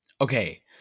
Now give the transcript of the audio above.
Okay